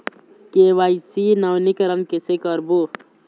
KYC नवीनीकरण कैसे करबो?